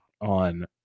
on